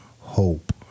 hope